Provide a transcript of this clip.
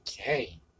Okay